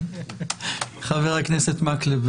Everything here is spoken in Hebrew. חבר הכנסת מקלב.